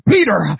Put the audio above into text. Peter